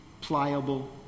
pliable